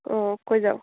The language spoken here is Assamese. অঁ কৈ যাওক